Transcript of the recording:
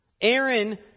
Aaron